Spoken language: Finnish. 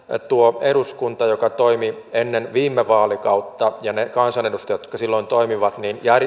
tuo eduskunta joka toimi ennen viime vaalikautta ja ne kansanedustajat jotka silloin toimivat